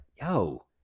yo